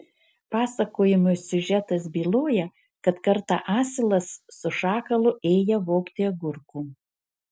pasakojimo siužetas byloja kad kartą asilas su šakalu ėję vogti agurkų